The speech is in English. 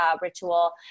ritual